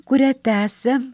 kurią tęsia